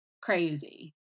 crazy